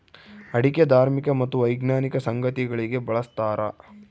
ಅಡಿಕೆ ಧಾರ್ಮಿಕ ಮತ್ತು ವೈಜ್ಞಾನಿಕ ಸಂಗತಿಗಳಿಗೆ ಬಳಸ್ತಾರ